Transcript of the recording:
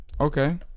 Okay